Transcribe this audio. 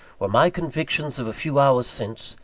were my convictions of a few hours since,